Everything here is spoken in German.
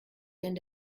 denn